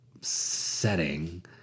setting